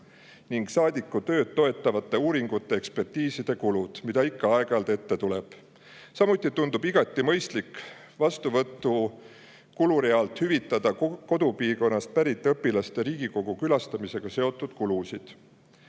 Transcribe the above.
ning saadikutööd toetavate uuringute-ekspertiiside kulud, mida ikka aeg-ajalt ette tuleb. Samuti tundub igati mõistlik vastuvõtukulu realt hüvitada kodupiirkonnast pärit õpilaste Riigikogu külastamisega seotud kulusid.